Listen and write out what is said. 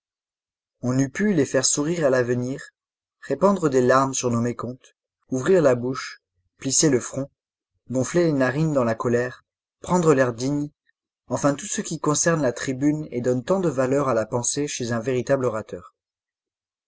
on eût pu les faire sourire à l'avenir répandre des larmes sur nos mécomptes ouvrir la bouche plisser le front gonfler les narines dans la colère prendre l'air digne enfin tout ce qui concerne la tribune et donne tant de valeur à la pensée chez un véritable orateur